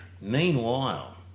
Meanwhile